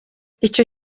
icyo